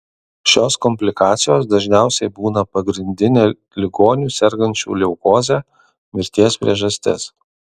šios komplikacijos dažniausiai būna pagrindinė ligonių sergančių leukoze mirties priežastis